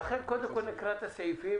לכן קודם כל נקרא את הסעיפים,